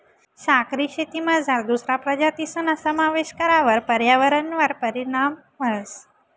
सागरी शेतीमझार दुसरा प्रजातीसना समावेश करावर पर्यावरणवर परीणाम व्हस